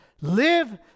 Live